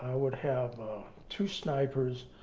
would have two snipers,